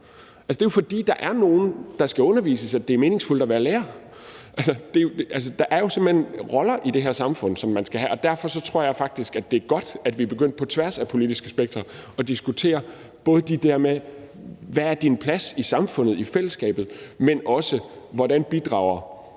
Det er jo, fordi der er nogle, der skal undervises, at det er meningsfuldt at være lærer. Altså, der er jo simpelt hen roller i det her samfund, som man skal have. Derfor tror jeg faktisk, det er godt, at vi på tværs af det politiske spektrum er begyndt at diskutere både det der med, hvad ens plads er i samfundet, i fællesskabet, men også, hvordan rammerne